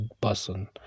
person